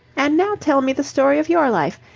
and now tell me the story of your life.